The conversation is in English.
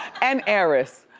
and heiress,